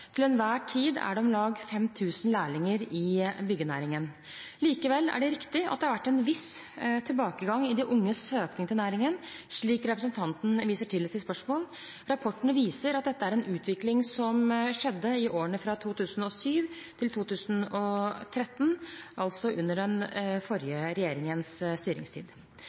Til enhver tid er det om lag 5 000 lærlinger i byggenæringen. Likevel er det riktig at det har vært en viss tilbakegang i de unges søkning til næringen, slik representanten Andersen viser til i sitt spørsmål. Rapporten viser at dette er en utvikling som skjedde i årene fra 2007 til 2013, altså under den forrige regjeringens styringstid.